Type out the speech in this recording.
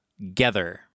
together